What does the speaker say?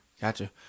Gotcha